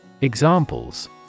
Examples